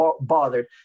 bothered